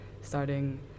starting